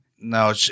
no